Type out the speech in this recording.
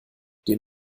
den